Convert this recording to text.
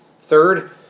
Third